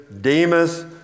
Demas